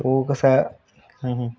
तो कसा